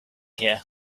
here